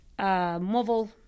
mobile